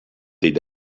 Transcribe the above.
did